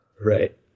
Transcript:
Right